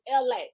la